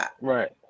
Right